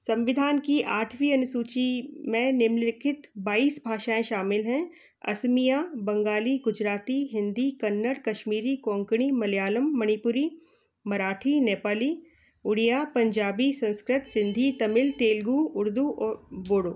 संबिधान की आठवीं अनुसूची में निम्नलिखित बाईस भाषाएं शामिल हैं असमिया बंगाली गुजराती हिन्दी कन्नड कश्मीरी कोंकणी मलयालम मणिपुरी मराठी नेपाली उड़िया पंजाबी संस्कृत सिंधी तमिल तेलगु उर्दू और बोडो